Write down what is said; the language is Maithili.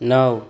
नओ